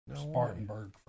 Spartanburg